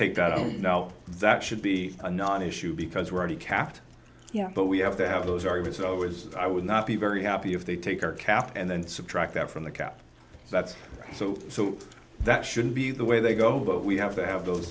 take that home now that should be a non issue because we're already capped but we have to have those are even so was i would not be very happy if they take our cap and then subtract that from the cap that's so so that shouldn't be the way they go but we have to have those